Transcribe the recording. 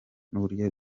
n’uburyo